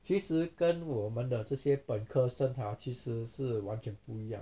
其实跟我们的这些本科生 ha 其实是完全不一样